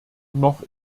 noch